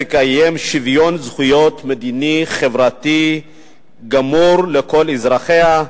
תקיים שוויון זכויות מדיני חברתי גמור לכל אזרחיה,